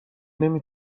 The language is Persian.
نمی